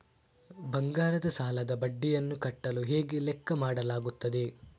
ಬಂಗಾರದ ಸಾಲದ ಬಡ್ಡಿಯನ್ನು ಕಟ್ಟಲು ಹೇಗೆ ಲೆಕ್ಕ ಮಾಡಲಾಗುತ್ತದೆ?